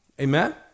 Amen